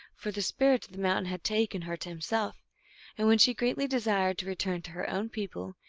for the spirit of the mountain had taken her to himself and when she greatly desired to return to her own people,